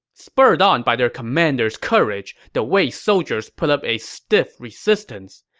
spurred on by their commander's courage, the wei soldiers put up a stiff resistance.